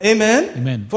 Amen